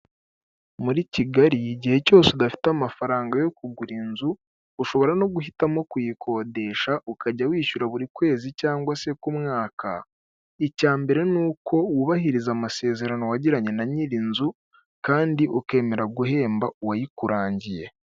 Muri Kigali igihe cyose udafite amafaranga yo kugura inzu, ushobora no guhitamo kuyikodesha ukajya wishyura buri kwezi cyangwa se k'umwaka, icyambere ni uko wubahiriza amasezerano wagiranye na nyiri inzu kandi ukemera guhemba uwayikurangiye.